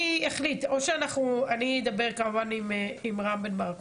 אני אדבר כמובן עם רם בן ברק.